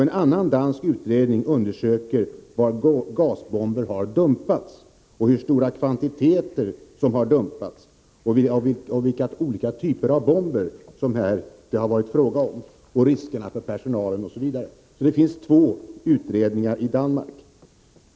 En annan dansk utredning undersöker var gasbomber har dumpats, hur stora kvantiteter som har dumpats, vilka olika typer av bomber som det har varit fråga om, riskerna för personalen, osv. Det pågår alltså två utredningar om detta i Danmark.